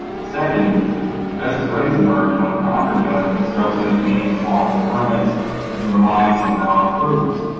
second best rights emerge, my property owner construction, obtains labile permits and reliance on valid approvals.